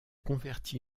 converti